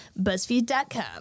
BuzzFeed.com